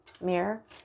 mirror